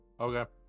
Okay